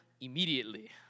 immediately